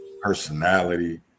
personality